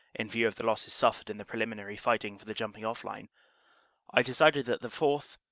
in view of the losses suffered in the preliminary fighting for the jump ing-off line i decided that the fourth.